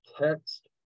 text